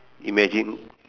imagine